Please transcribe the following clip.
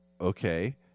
Okay